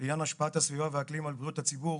לעניין השפעת הסביבה והאקלים על בריאות הציבור,